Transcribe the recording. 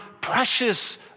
precious